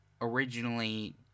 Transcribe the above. Originally